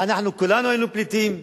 אנחנו כולנו היינו פליטים.